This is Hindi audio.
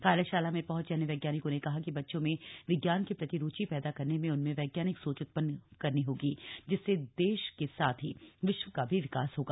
कार्यशाला में पहुंचे अन्य वैज्ञानिकों ने कहा कि बच्चों में विज्ञान के प्रति रूची पैदा करने से उनमें वैज्ञानिक सोच उत्पन्न होगी जिससे देश के साथ ही विश्व का भी विकास होगा